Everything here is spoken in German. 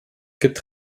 gibt